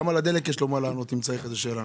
גם על הדלק יש לו מה לענות, אם יש איזושהי שאלה.